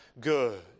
good